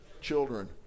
children